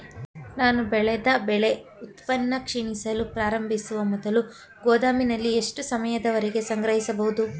ನಾನು ಬೆಳೆದ ಬೆಳೆ ಉತ್ಪನ್ನ ಕ್ಷೀಣಿಸಲು ಪ್ರಾರಂಭಿಸುವ ಮೊದಲು ಗೋದಾಮಿನಲ್ಲಿ ಎಷ್ಟು ಸಮಯದವರೆಗೆ ಸಂಗ್ರಹಿಸಬಹುದು?